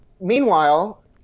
Meanwhile